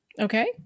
Okay